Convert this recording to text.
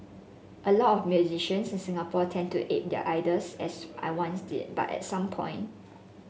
a lot of musicians in Singapore tend to ape their idols as I once did but at some point